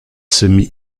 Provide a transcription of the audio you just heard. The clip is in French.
semi